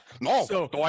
No